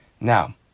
Now